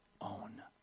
own